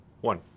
one